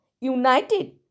united